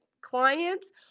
clients